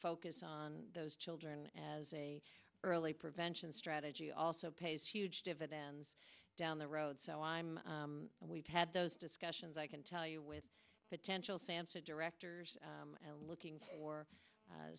focus on those children as a early prevention strategy also pays huge dividends down the road so i'm we've had those discussions i can tell you with potential sansa directors looking for